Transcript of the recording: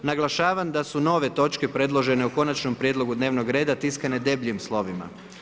Naglašavam da su nove točke predložene u konačnom prijedlogu dnevnog reda tiskane debljim slovima.